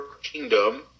kingdom